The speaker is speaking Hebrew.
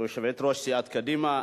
יושבת-ראש סיעת קדימה.